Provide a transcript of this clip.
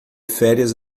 férias